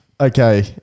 Okay